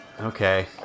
okay